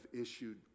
issued